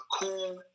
cool